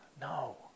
No